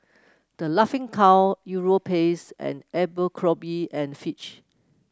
The Laughing Cow Europace and Abercrombie and Fitch